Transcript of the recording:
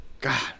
God